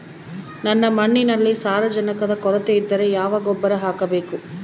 ನನ್ನ ಮಣ್ಣಿನಲ್ಲಿ ಸಾರಜನಕದ ಕೊರತೆ ಇದ್ದರೆ ಯಾವ ಗೊಬ್ಬರ ಹಾಕಬೇಕು?